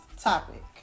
topic